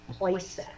playset